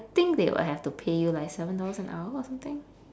think they would have to pay you like seven dollars an hour or something